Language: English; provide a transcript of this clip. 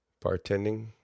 bartending